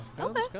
Okay